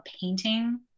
painting